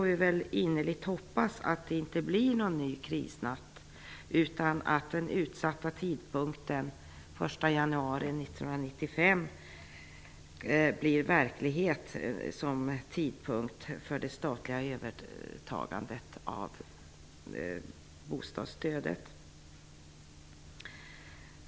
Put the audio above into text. Vi får innerligt hoppas att det inte blir någon ny krisnatt utan att den utsatta tidpunkten för det statliga övertagandet av bostadsstödet -- den 1 januari 1995 -- blir verklighet.